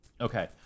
Okay